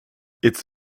its